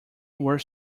were